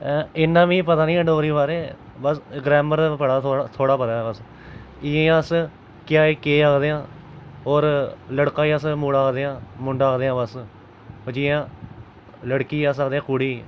इन्ना मिकी पता नी ऐ डोगरी बारे बस ग्रामर दा पता थोह्ड़ा पता ऐ बस इयां अस क्या गी केह् आखदे आं होर लड़का गी अस मुड़ा आखदे आं मुंडा आखदे आं बस ते जियां लड़की गी अस आखदे कुड़ी